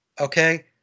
okay